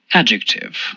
adjective